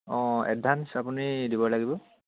অঁ এডভান্স আপুনি দিব লাগিব